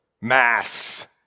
Masks